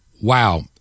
Wow